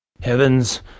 Heavens